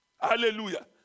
Hallelujah